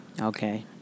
okay